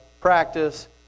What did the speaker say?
practice